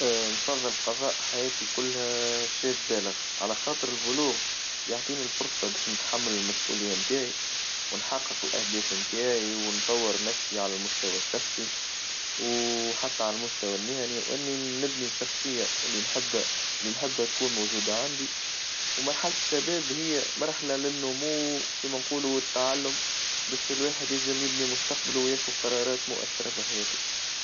اه بفظل قظاء حياتي كلها شاب بالغ، على خاطر البلوغ يعطيني الفرصة باش نتحمل المسؤولية نتاعي ونحقق الأهداف نتاعي ونطور نفسي على المستوى الشخصي وحتى على المستوى المهني وإني نبني الشخصية اللي نحبها اللي نحبها تكون موجودة عندي ومرحلة شباب هي مرحلة للنمو كيما نقولو والتعلم، باش الواحد ينجم يبني مستقبلو وياخد قرارات مؤثرة في حياته.